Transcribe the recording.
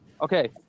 Okay